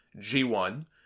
G1